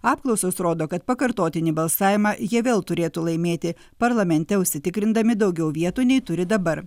apklausos rodo kad pakartotinį balsavimą jie vėl turėtų laimėti parlamente užsitikrindami daugiau vietų nei turi dabar